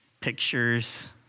Pictures